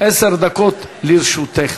עשר דקות לרשותך.